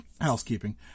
housekeeping